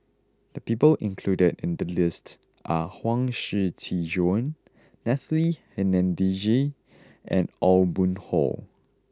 the people included in the list are Huang Shiqi Joan Natalie Hennedige and Aw Boon Haw